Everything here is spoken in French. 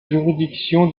juridiction